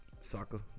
Soccer